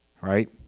Right